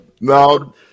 No